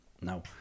Now